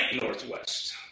Northwest